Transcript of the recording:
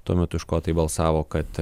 tuo metu škotai balsavo kad